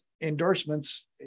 endorsements